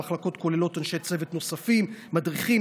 המחלקות כוללות אנשי צוות אחרים: מדריכים,